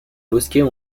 mosquées